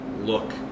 look